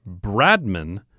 Bradman